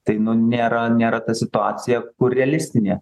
tai nu nėra nėra ta situacija kur realistinė